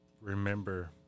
remember